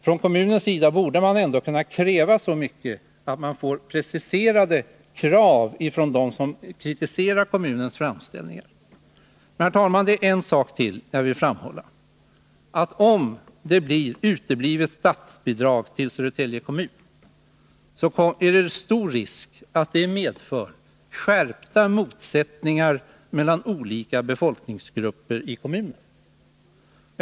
Från kommunens sida borde man kunna fordra så mycket som att få preciserade krav från dem som kritiserar kommunens framställningar. Herr talman! Det är en sak till som jag vill framhålla. Om statsbidrag uteblir till Södertälje kommun, är risken stor att det medför skärpta motsättningar mellan olika befolkningsgrupper i kommunen.